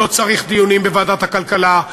לא צריך דיונים בוועדת הכלכלה,